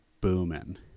booming